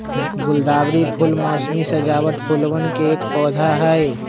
गुलदावरी फूल मोसमी सजावट फूलवन के एक पौधा हई